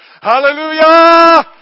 Hallelujah